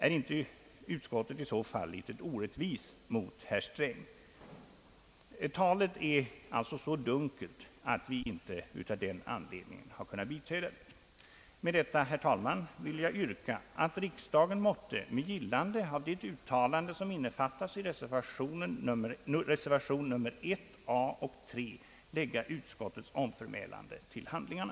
Är inte utskottet i så fall litet orättvist mot herr Sträng? Talet är alltså så dun kelt att vi inte heller av den anledningen kunnat biträda det. Med detta, herr talman, vill jag yrka att riksdagen måtte med gillande av det uttalande som innefattas i reservationerna 1a och 3 lägga utskottets omförmälan till handlingarna.